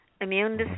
immune